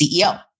CEO